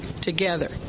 together